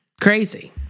Crazy